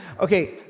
Okay